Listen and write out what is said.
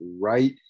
right